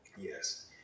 Yes